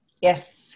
Yes